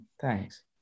Thanks